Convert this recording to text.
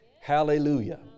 Hallelujah